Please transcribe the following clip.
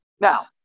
Now